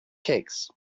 cakes